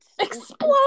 Explode